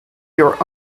your